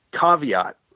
caveat